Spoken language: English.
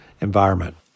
environment